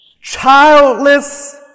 childless